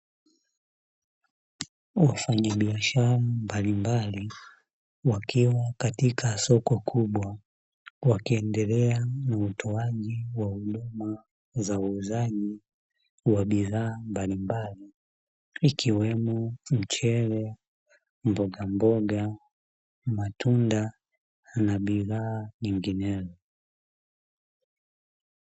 Wafanyabiashara mbalimbali wakiwa katika soko kubwa, wakiendelea na utoaji wa huduma za uuzaji wa bidhaa mbalimbali, ikiwemo mchele, mboga mboga, matunda na bidhaa nyinginezo.